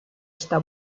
esta